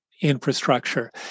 infrastructure